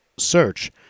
Search